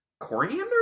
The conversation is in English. Coriander